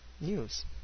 news